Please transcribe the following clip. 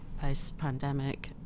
post-pandemic